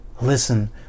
Listen